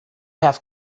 have